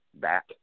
back